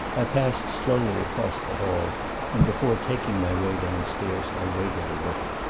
i passed slowly across the hall and before taking my way downstairs i waited a little.